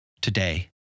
today